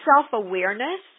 self-awareness